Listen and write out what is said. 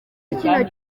iki